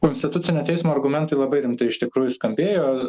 konstitucinio teismo argumentai labai rimtai iš tikrųjų skambėjo